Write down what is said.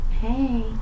Hey